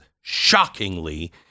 shockingly